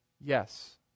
Yes